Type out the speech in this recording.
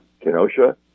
Kenosha